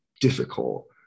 difficult